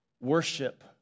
worship